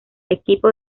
equipo